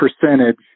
percentage